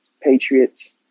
Patriots